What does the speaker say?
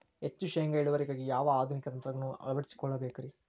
ಹೆಚ್ಚು ಶೇಂಗಾ ಇಳುವರಿಗಾಗಿ ಯಾವ ಆಧುನಿಕ ತಂತ್ರಜ್ಞಾನವನ್ನ ಅಳವಡಿಸಿಕೊಳ್ಳಬೇಕರೇ?